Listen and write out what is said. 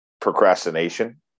procrastination